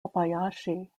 watanabe